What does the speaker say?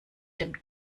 dem